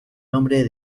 nombre